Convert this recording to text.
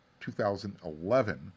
2011